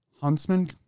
Huntsman